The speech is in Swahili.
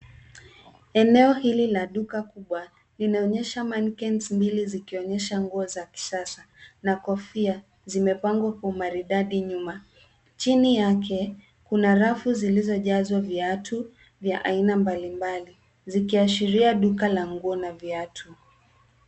Eneo hili la duka kubwa, linaonyesha mannequins mbili zikionyesha nguo za kisasa, na kofia zimepangwa kwa umaridadi nyuma. Chini yake, kuna rafu zilizojazwa viatu vya aina mbali mbali, zikiashiria duka la nguo na viatu.